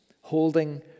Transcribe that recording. Holding